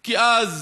כי אז